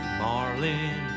marlin